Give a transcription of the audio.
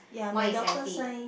mine is empty